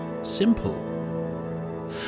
Simple